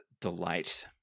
delight